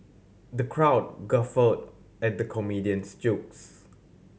the crowd guffawed at the comedian's jokes